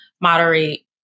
moderate